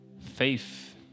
Faith